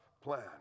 plan